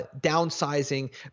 downsizing